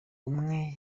umwe